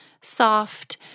soft